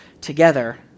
together